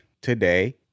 today